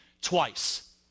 twice